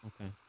Okay